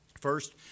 First